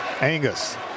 Angus